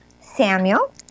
Samuel